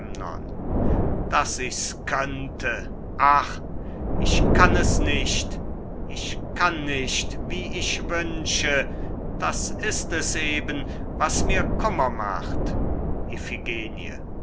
daß ich's könnte ach ich kann es nicht ich kann nicht wie ich wünsche das ist es eben was mir kummer macht